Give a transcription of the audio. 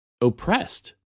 oppressed